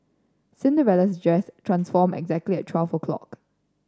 Cinderella's dress transformed exactly at twelve o' clock